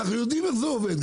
אנחנו יודעים איך זה עובד.